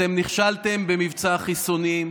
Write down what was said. אתם נכשלתם במבצע החיסונים,